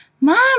Mom